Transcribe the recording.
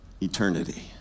eternity